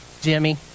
Jimmy